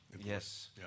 Yes